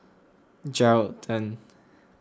Geraldton